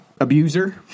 abuser